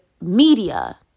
media